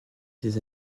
ses